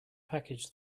package